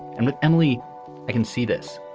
and that only i can see this.